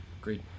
great